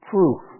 Proof